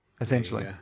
essentially